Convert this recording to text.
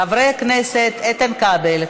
37 חברי כנסת בעד,